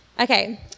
Okay